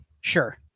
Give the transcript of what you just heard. sure